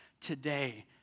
today